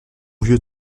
vieux